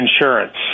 insurance